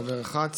חבר אחד,